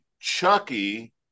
Chucky